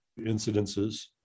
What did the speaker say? incidences